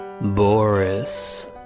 Boris